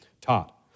taught